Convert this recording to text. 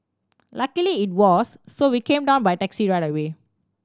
luckily it was so we came down by taxi right away